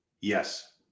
Yes